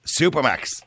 Supermax